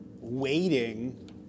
waiting